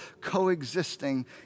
coexisting